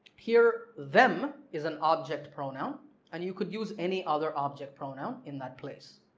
here them is an object pronoun and you could use any other object pronoun in that place.